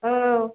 औ